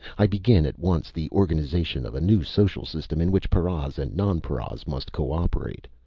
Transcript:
i begin at once the organization of a new social system in which paras and nonparas must co-operate.